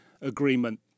agreement